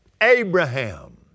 Abraham